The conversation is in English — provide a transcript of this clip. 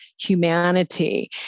humanity